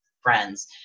friends